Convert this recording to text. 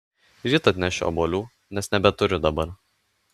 ryt atnešiu obuolių nes nebeturiu dabar